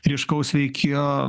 ryškaus veikėjo